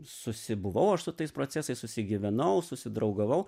susibuvau aš su tais procesais susigyvenau susidraugavau